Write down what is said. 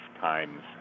times